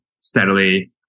steadily